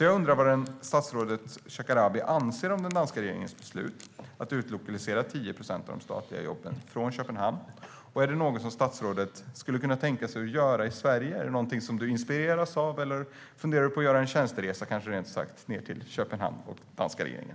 Jag undrar därför vad statsrådet Shekarabi anser om den danska regeringens beslut att utlokalisera 10 procent av de statliga jobben från Köpenhamn. Är det något som du skulle kunna tänka dig att göra i Sverige? Är det något som du inspireras av? Eller funderar du kanske rent av på att göra en tjänsteresa till Köpenhamn och den danska regeringen?